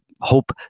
hope